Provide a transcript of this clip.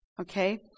okay